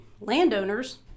landowners